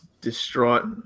distraught